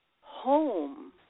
home